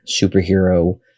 superhero